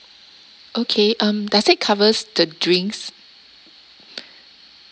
okay um does it covers the drinks